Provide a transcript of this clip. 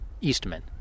Eastman